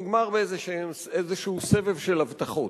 נגמר באיזשהו סבב של הבטחות.